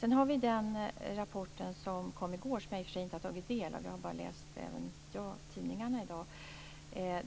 Sedan har vi den rapport som kom i går, som jag i och för sig inte har tagit del av. Även jag har bara läst tidningarna i dag.